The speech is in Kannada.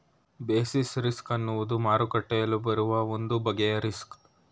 ಬೇಸಿಸ್ ರಿಸ್ಕ್ ಅನ್ನುವುದು ಮಾರುಕಟ್ಟೆಯಲ್ಲಿ ಬರುವ ಒಂದು ಬಗೆಯ ರಿಸ್ಕ್